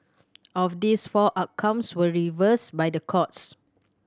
of these four outcomes were reversed by the courts